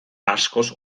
askoz